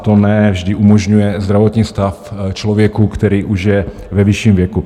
Toto ne vždy umožňuje zdravotní stav člověka, který už je ve vyšším věku.